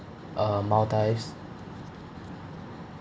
uh maldives